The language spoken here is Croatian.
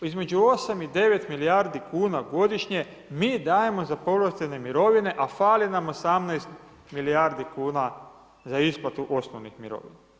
Između 8 i 9 milijardi kuna godišnje mi dajemo za povlaštene mirovine a fali nam 18 milijardi kuna za isplatu osnovnih mirovina.